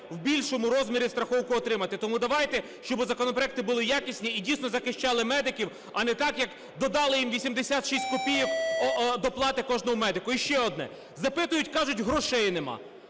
в більшому розмірі страховку отримати. Тому давайте, щоб законопроекти були якісні і дійсно захищали медиків, а не так як додали їм 86 копійок доплати кожному медику. І ще одне. Запитують, кажуть: грошей нема.